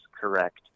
correct